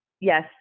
yes